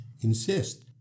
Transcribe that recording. insist